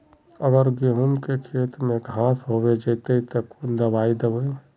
अगर गहुम के खेत में घांस होबे जयते ते कौन दबाई दबे?